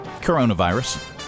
Coronavirus